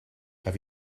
have